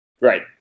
Right